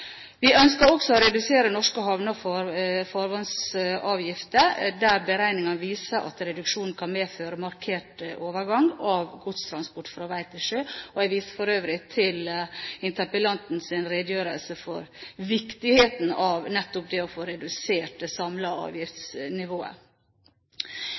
Vi ønsker også å redusere norske havne- og farvannsavgifter dersom beregninger viser at reduksjonene kan føre til markert overgang av godstransport fra vei til sjø. Jeg viser for øvrig til interpellantens redegjørelse om viktigheten av nettopp å få redusert det